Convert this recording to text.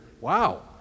Wow